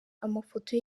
amafoto